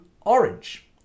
orange